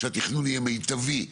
שהתכנון יהיה מיטבי,